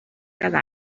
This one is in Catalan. cada